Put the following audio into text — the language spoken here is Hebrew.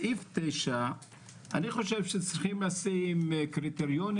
בעניין סעיף 9 אני חושב שצריך לשים קריטריונים